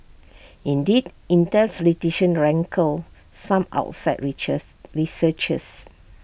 indeed Intel's rankled some outside researchers